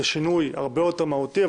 זה שינוי הרבה יותר מהותי,